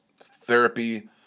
therapy